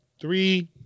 three